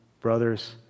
brothers